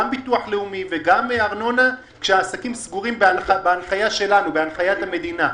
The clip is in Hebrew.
ביטוח לאומי וגם ארנונה כשהעסקים סגורים בהנחיית המדינה.